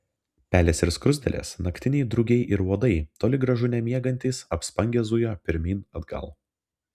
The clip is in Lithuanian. pelės ir skruzdėlės naktiniai drugiai ir uodai toli gražu nemiegantys apspangę zujo pirmyn atgal